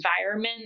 environment